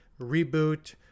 reboot